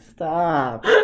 Stop